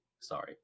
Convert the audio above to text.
sorry